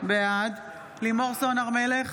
בעד לימור סון הר מלך,